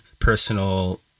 personal